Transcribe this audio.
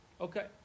Okay